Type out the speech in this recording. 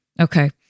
Okay